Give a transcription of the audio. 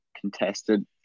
contested